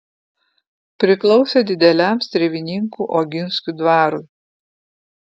priklausė dideliam strėvininkų oginskių dvarui